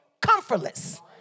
comfortless